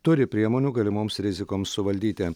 turi priemonių galimoms rizikoms suvaldyti